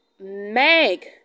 Meg